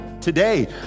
today